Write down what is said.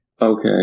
Okay